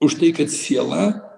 už tai kad siela